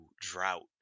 drought